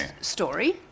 story